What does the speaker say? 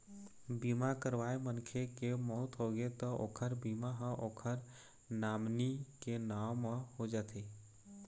बीमा करवाए मनखे के मउत होगे त ओखर बीमा ह ओखर नामनी के नांव म हो जाथे